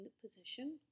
position